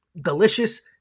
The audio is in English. delicious